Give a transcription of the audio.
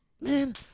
man